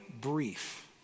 brief